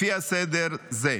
לפי הסדר זה,